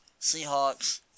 Seahawks